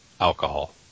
alcohol